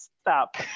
Stop